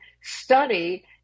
study